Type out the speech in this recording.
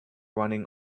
running